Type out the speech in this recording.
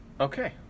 Okay